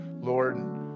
Lord